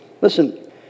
Listen